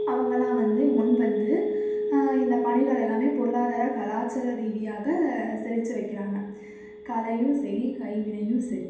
அவங்களெல்லாம் வந்து முன் வந்து இந்த பணிகள் எல்லாமே பொருளாதார கலாச்சார ரீதியாக சிறத்து வைக்கிறாங்க கலையும் சரி கைவினையும் சரி